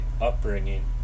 upbringing